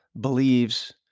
believes